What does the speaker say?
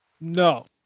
No